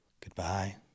Goodbye